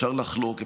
אפשר לחלוק,